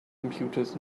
computers